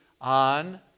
on